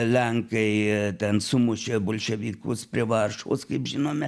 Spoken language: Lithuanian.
lenkai ten sumušė bolševikus prie varšuvos kaip žinome